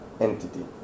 entity